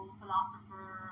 philosopher